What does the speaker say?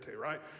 right